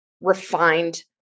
refined